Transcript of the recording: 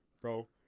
bro